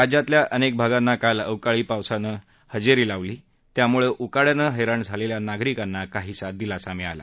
राज्यातल्या अनेक भागांना काल अवकाळी पावसानं हजेरी लावली त्यामुळे उकाड्याण हैराण झालेल्या नागरिकांना काहीसा दिलासा मिळाला